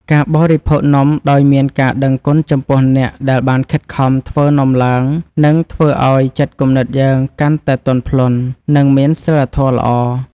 ការបរិភោគនំដោយមានការដឹងគុណចំពោះអ្នកដែលបានខិតខំធ្វើនំឡើងនឹងធ្វើឱ្យចិត្តគំនិតយើងកាន់តែទន់ភ្លន់ និង មានសីលធម៌ល្អ។